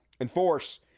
enforce